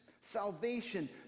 salvation